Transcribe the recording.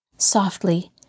Softly